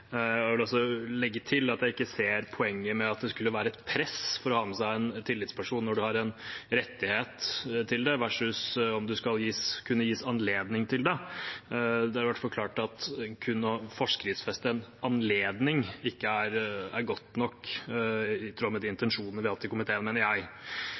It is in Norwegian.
Jeg vil også legge til at jeg ikke ser poenget med at det skulle være et press for å ha med seg en tillitsperson når man har en rettighet til det, versus om man skal kunne gis anledning til det. Det er i hvert fall klart at kun å forskriftsfeste en anledning ikke er godt nok i tråd med de intensjonene vi har hatt i komiteen, mener jeg.